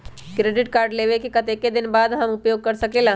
Credit card लेबे के कतेक दिन बाद हम उपयोग कर सकेला?